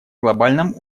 глобальном